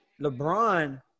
LeBron